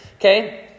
Okay